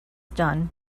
done